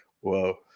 Whoa